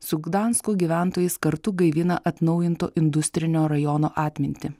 su gdansko gyventojais kartu gaivina atnaujinto industrinio rajono atmintį